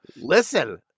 Listen